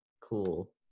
cool